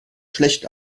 schlecht